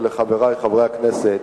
ולחברי חברי הכנסת,